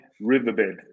riverbed